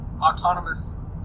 autonomous